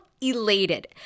elated